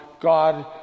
God